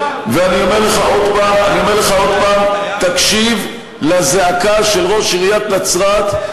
ואני אומר לך עוד הפעם: תקשיב לזעקה של ראש עיריית נצרת.